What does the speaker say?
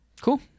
Cool